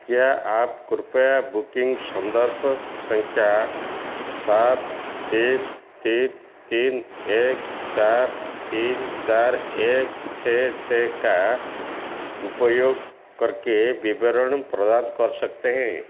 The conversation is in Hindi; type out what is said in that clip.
क्या आप कृप्या बुकिंग संदर्भ संख्या सात तीन तीन तीन एक चार तीन चार एक छः छः का उपयोग करके विवरण प्रदान कर सकते हैं